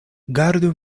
gardu